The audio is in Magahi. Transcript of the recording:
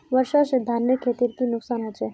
वर्षा से धानेर खेतीर की नुकसान होचे?